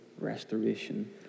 restoration